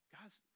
Guys